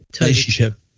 relationship